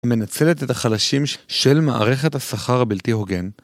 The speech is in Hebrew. ומנצלת את החלשים של מערכת השכר הבלתי הוגן.